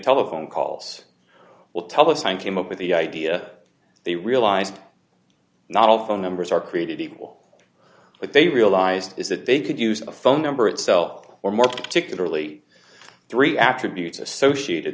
telephone calls will tell us and came up with the idea they realized not all phone numbers are created equal but they realized is that they could use a phone number itself or more particularly three attributes associated